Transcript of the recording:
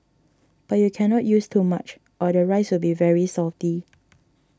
but you can not use too much or the rice will be very salty